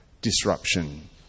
disruption